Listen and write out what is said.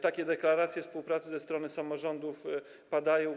Takie deklaracje współpracy ze strony samorządów padają.